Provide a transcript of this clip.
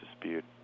dispute